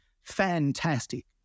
fantastic